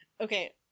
Okay